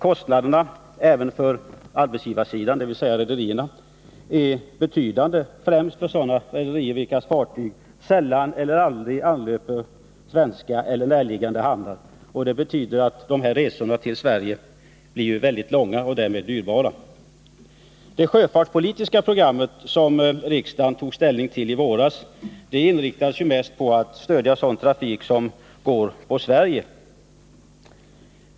Kostnaderna även för arbetsgivarsidan, dvs. rederierna, är betydande, främst för sådana rederier vilkas fartyg sällan eller aldrig anlöper svenska eller närliggande hamnar. Det betyder att dessa resor till Sverige blir mycket långa och därmed dyrbara. Det sjöfartspolitiska program som riksdagen tog ställning till i våras inriktar sig mest på att stödja sådan trafik som går på Sverige.